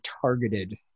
targeted